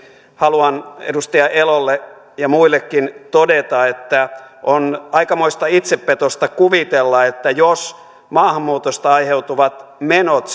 haluan edustaja elolle ja muillekin todeta että on aikamoista itsepetosta kuvitella että jos maahanmuutosta aiheutuvat menot